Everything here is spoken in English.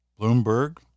Bloomberg